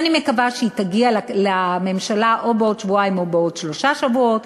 ואני מקווה שהיא תגיע לממשלה או בעוד שבועיים או בעוד שלושה שבועות,